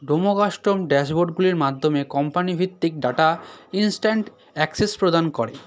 ডোমো custom ড্যাশবোর্ডগুলির মাধ্যমে কোম্পানিভিত্তিক ডাটা ইনস্ট্যান্ট অ্যাকসেস প্রদান করে